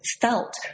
felt